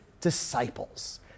disciples